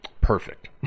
Perfect